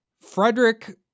Frederick